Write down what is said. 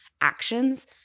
actions